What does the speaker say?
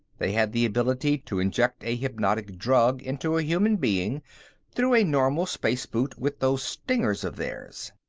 they had the ability to inject a hypnotic drug into a human being through a normal space boot with those stingers of theirs.